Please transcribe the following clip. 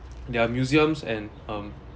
there are museums and um